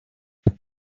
net